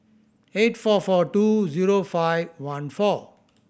eight four four two zero five one four